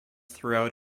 throughout